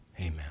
Amen